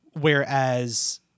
Whereas